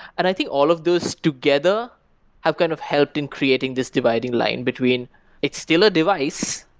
and i think all of those together have kind of helped in creating this dividing line between it's still a device,